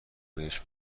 بهش